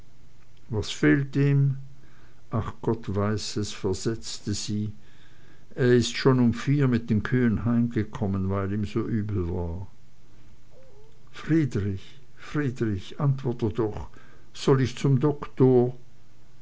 was fehlt ihm ach gott weiß es versetzte sie er ist schon um vier mit den kühen heimgekommen weil ihm so übel war friedrich friedrich antworte doch soll ich zum doktor